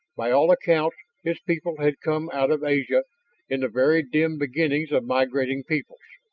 by all accounts his people had come out of asia in the very dim beginnings of migrating peoples.